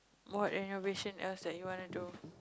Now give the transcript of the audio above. what innovation else that you wanna do